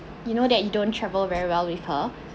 you know that you don't travel very well with her